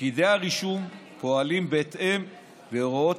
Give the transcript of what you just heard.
פקידי הרישום פועלים בהתאם להוראות